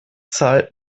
zahlt